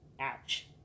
Ouch